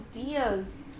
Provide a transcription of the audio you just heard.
ideas